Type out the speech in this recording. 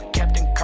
Captain